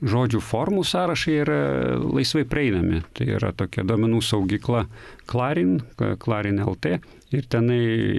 žodžių formų sąrašai yra laisvai prieinami tai yra tokia duomenų saugykla klarin klarin lt ir tenai